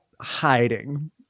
hiding